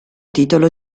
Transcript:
titolo